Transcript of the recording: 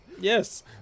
yes